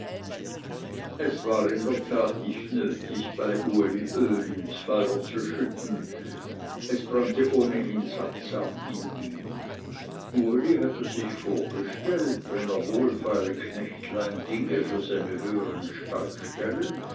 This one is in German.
es war in der tat nicht nötig bei uli öl ins feuer zu schütten es brannte ohnehin sattsam in ihm uli hatte sich vorgestellt wenn er wohlfeile knechtlein dinge für seine höhern